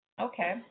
Okay